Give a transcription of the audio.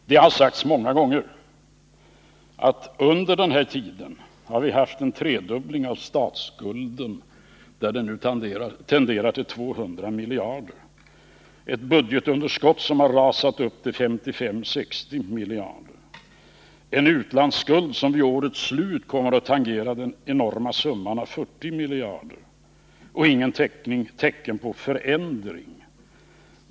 Det har sagts många gånger att under den här tiden har vi haft en tredubbling av statsskulden, där den nu tenderar till 200 miljarder, ett budgetunderskott som rasat upp till 55-60 miljarder, en statlig utlandsskuld som vid årets slut kommer att tangera den enorma summan av 40 miljarder och inga tecken på förändringar.